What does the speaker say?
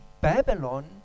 Babylon